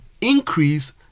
increase